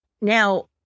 Now